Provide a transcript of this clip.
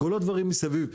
כל הדברים מסביב.